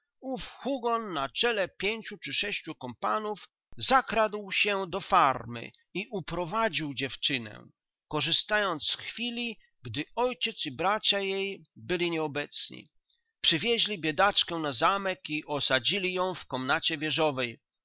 hugon na czele pięciu czy sześciu kompanów zakradł się do farmy i uprowadził dziewczynę korzystając z chwili gdy ojciec i bracia jej byli nieobecni przywieźli biedaczkę na zamek i osadzili ją w komnacie